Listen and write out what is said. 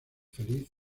feliz